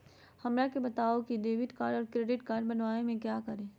हमरा के बताओ की डेबिट कार्ड और क्रेडिट कार्ड बनवाने में क्या करें?